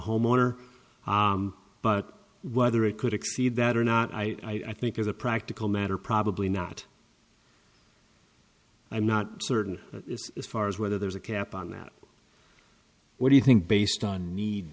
homeowner but whether it could exceed that or not i i think as a practical matter probably not i'm not certain as far as whether there's a cap on that what do you think based on need